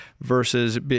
versus